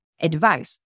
advice